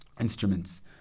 instruments